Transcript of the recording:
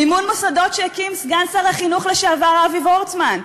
מימון מוסדות שהקים סגן שר החינוך לשעבר אבי וורצמן,